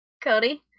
Cody